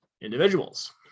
individuals